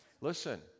listen